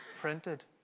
printed